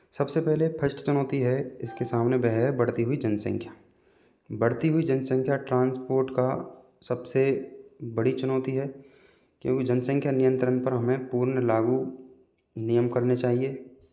सबसे पहले फस्ट चुनौती है इसके सामने वह है बढ़ती हुई जनसंख्या बढ़ती हुई जनसंख्या ट्रांसपोर्ट की सबसे बड़ी चुनौती है क्योंकि जनसंख्या नियंत्रण पर हमें पूर्ण लागू नियम करने चाहिए